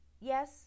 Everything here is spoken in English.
yes